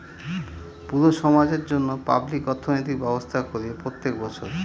পুরো সমাজের জন্য পাবলিক অর্থনৈতিক ব্যবস্থা করে প্রত্যেক বছর